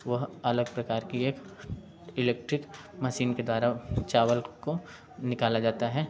वह अलग प्रकार की एक इलेक्ट्रिक मशीन के के द्वारा चावल को निकाला जाता है